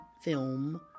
film